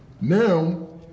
Now